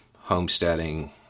homesteading